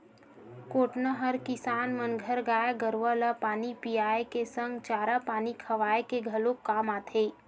कोटना हर किसान मन घर गाय गरुवा ल पानी पियाए के संग चारा पानी खवाए के घलोक काम आथे